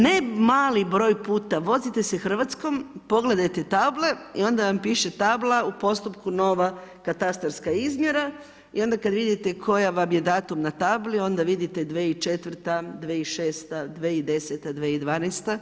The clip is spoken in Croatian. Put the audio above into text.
Ne mali broj puta vozite se Hrvatskom, pogledajte table i onda vam piše tabla u postupku nova katastarska izmjera i onda kada vidite koji vam je datum na tabli onda vidite 2004., 2006., 2010., 2012.